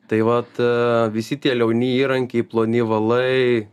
tai vat visi tie liauni įrankiai ploni valai